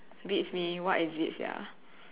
beats me what is it sia